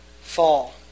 fall